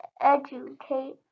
educate